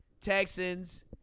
Texans